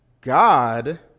God